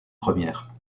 première